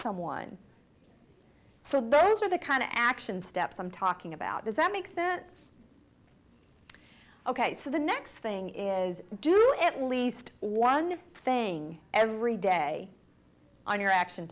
someone so those are the kind of action steps i'm talking about does that make sense ok for the next thing is do at least one thing every day on your action